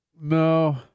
No